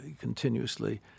continuously